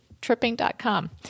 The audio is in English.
tripping.com